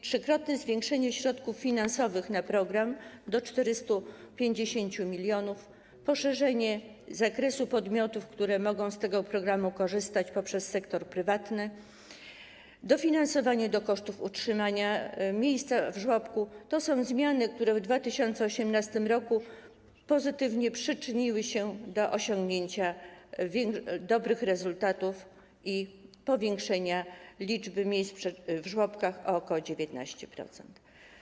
Trzykrotne zwiększenie środków finansowych na program, do kwoty 450 mln, poszerzenie zakresu podmiotów, które mogą z tego programu korzystać poprzez sektor prywatny, dofinansowanie kosztów utrzymania miejsca w żłobku - to są zmiany, które w 2018 r. pozytywnie przyczyniły się do osiągnięcia dobrych rezultatów i powiększenia liczby miejsc w żłobkach o ok. 19%.